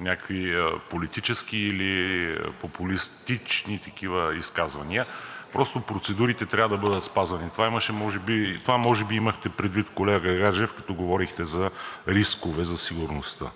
някакви политически или популистични такива изказвания. Просто процедурите трябва да бъдат спазвани. Това може би имахте предвид, колега Гаджев, като говорихте за рискове за сигурността.